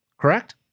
correct